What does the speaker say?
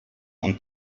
und